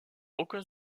aucun